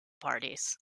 parties